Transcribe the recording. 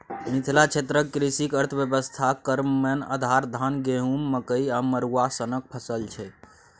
मिथिला क्षेत्रक कृषि अर्थबेबस्था केर मेन आधार, धान, गहुँम, मकइ आ मरुआ सनक फसल छै